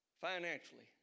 Financially